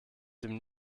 dem